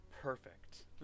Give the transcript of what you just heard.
perfect